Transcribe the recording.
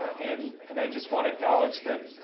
and and i just wanna acknowledge that,